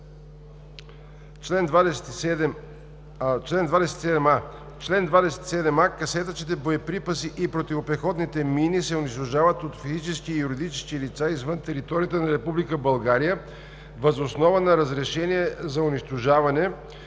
27а. (1) Касетъчните боеприпаси и противопехотните мини се унищожават от физически и юридически лица, извън територията на Република България, въз основа на разрешение за унищожаване